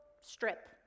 strip